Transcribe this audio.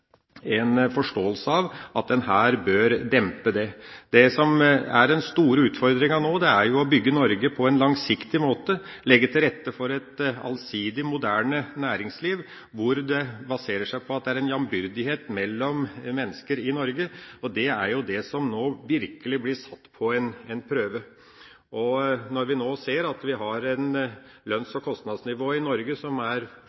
en forståelse av at man her bør dempe det. Det som er den store utfordringen nå, er å bygge Norge på en langsiktig måte, å legge til rette for et allsidig, moderne næringsliv som baserer seg på at det er jamnbyrdighet mellom mennesker i Norge. Det er det som nå virkelig blir satt på en prøve. Når lønns- og kostnadsnivået i Norge på lønnssiden er på 155 pst. av hva som er